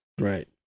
Right